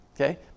okay